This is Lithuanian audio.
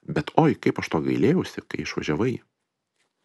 bet oi kaip aš to gailėjausi kai išvažiavai